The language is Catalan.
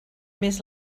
més